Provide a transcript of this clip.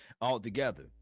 altogether